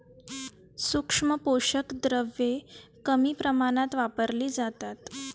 सूक्ष्म पोषक द्रव्ये कमी प्रमाणात वापरली जातात